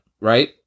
Right